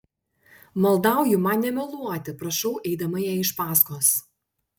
maldauju man nemeluoti prašau eidama jai iš paskos